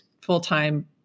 full-time